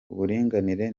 uburinganire